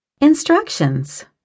Instructions